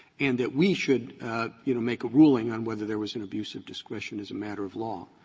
and that we should you know make a ruling on whether there was an abuse of discretion as a matter of law